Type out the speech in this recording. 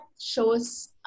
shows